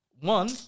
one